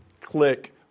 click